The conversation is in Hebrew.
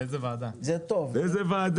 זה טוב, זה מצב כללי טוב.